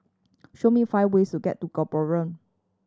show me five ways to get to Gaborone